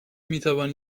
میتوان